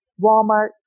Walmart